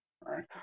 right